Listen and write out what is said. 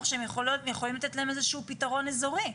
שהם יכולים לתת להם איזשהו פתרון אזורי?